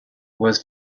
was